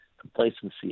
complacency